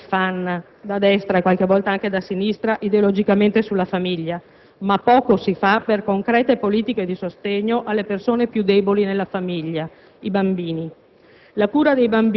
Molto ci si affanna da destra e, qualche volta, anche da sinistra ideologicamente sulla famiglia, ma poco si fa per concrete politiche di sostegno indirizzate alle persone che nella famiglia sono